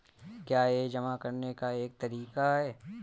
क्या यह जमा करने का एक तरीका है?